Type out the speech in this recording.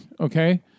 okay